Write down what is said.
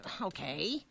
okay